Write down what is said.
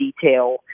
detail